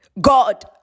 God